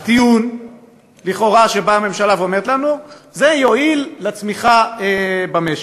הטיעון לכאורה שהממשלה באה ואומרת לנו: זה יועיל לצמיחה במשק.